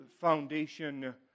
foundation